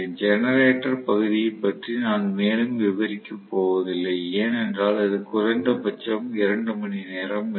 generator பகுதியைப் பற்றி நான் மேலும் விவரிக்கப் போவதில்லை ஏனென்றால் அது குறைந்தபட்சம் 2 மணிநேரம் எடுக்கும்